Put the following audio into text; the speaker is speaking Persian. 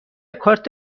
کارت